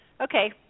okay